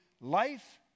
life